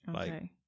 Okay